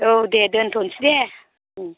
औ दे दोन्थ'नोसै दे उम